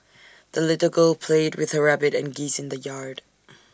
the little girl played with her rabbit and geese in the yard